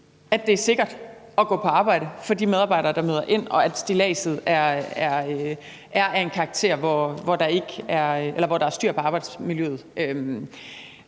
at det er sikkert at gå på arbejde for de medarbejdere, der møder ind, og at stilladset er af en karakter, hvor der er styr på arbejdsmiljøet.